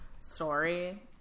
...story